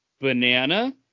Banana